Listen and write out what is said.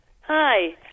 Hi